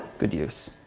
good use